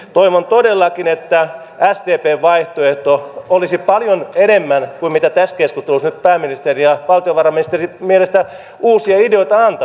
toivon todellakin että sdpn vaihtoehto olisi paljon enemmän kuin mitä tässä keskustelussa nyt pääministerin ja valtiovarainministerin mielestä se uusia ideoita antaa